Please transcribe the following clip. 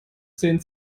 zehn